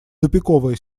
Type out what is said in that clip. тупиковая